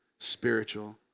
Spiritual